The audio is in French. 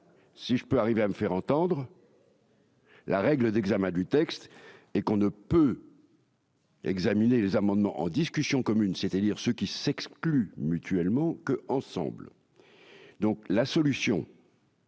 si je peux arriver à me faire entendre. La règle d'examen du texte et qu'on ne peut. Examiner les amendements en discussion commune, c'est-à-dire ceux qui s'excluent mutuellement que ensemble, donc la solution.